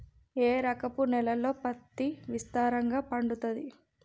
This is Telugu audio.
ఏ రకపు నేలల్లో పత్తి విస్తారంగా పండుతది?